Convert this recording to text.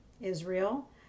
Israel